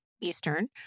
Eastern